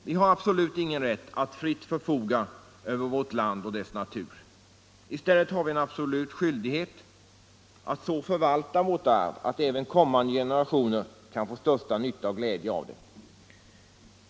Vi har absolut ingen rätt att fritt förfoga över ett land och dess natur. I stället har vi en absolut skyldighet att så förvalta vårt arv att även kommande generationer kan få största nytta och glädje av det.